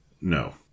No